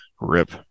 Rip